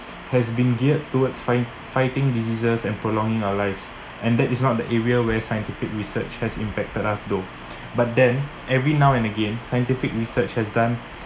has been geared towards figh~ fighting diseases and prolonging our lives and that is not the area where scientific research has impacted us though but then every now and again scientific research has done